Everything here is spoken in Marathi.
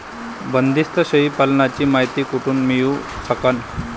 बंदीस्त शेळी पालनाची मायती कुठून मिळू सकन?